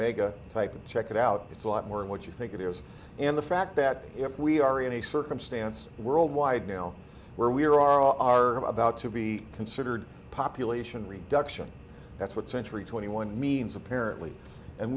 mega type check it out it's a lot more of what you think it is and the fact that if we are in a circumstance worldwide now where we are are are about to be considered population reduction that's what century twenty one mean apparently and